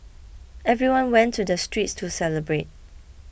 everyone went to the streets to celebrate